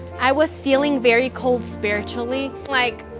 i was feeling very cold spiritually, like,